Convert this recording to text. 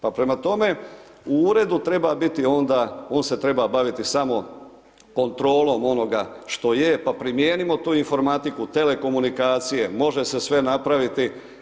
Pa prema tome, u uredu treba biti onda, on se treba baviti samo kontrolom onoga što je pa primijenimo tu informatiku, telekomunikacije, može se sve napraviti.